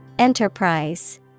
Enterprise